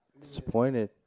Disappointed